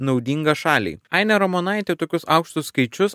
naudinga šaliai ainė ramonaitė tokius aukštus skaičius